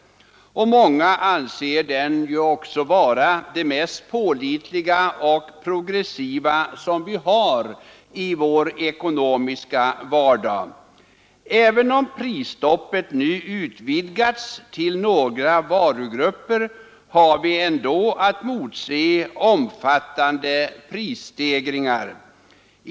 Många anser den vara det mest pålitliga och progressiva som vi har i vår ekonomiska vardag. Även om prisstoppet nu utvidgats till några nya varugrupper, har vi att motse omfattande prisstegringar.